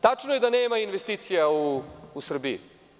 Tačno je da nema investicija u Srbiji.